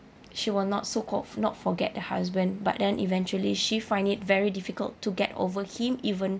she will not so called not forget the husband but then eventually she find it very difficult to get over him even